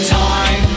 time